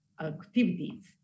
activities